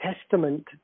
testament